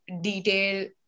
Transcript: detail